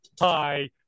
Hi